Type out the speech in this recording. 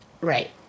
Right